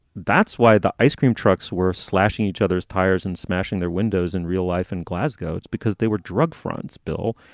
that's why the ice cream trucks were slashing each other's tires and smashing their windows in real life in glasgow, it's because they were drug fronts, bill.